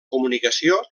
comunicació